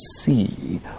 see